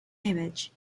image